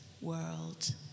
world